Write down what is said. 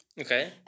Okay